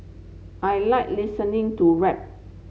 I like listening to rap